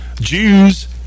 Jews